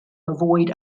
avoid